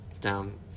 Down